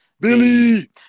Billy